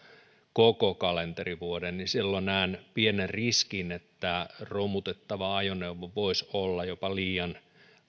koko kalenterivuoden niin silloin näen pienen riskin että romutettava ajoneuvo voisi olla jopa liian